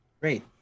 Great